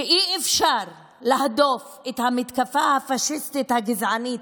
שאי-אפשר להדוף את המתקפה הפשיסטית, הגזענית,